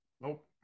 Nope